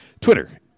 Twitter